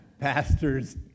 pastors